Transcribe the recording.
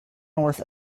north